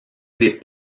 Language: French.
des